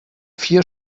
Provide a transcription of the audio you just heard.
vier